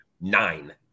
nine